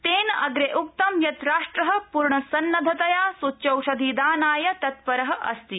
तेन अग्रे उक्तं यत् राष्ट्र पूर्णसन्नद्वतया सूच्यौषधिदानाय तत्पर अस्ति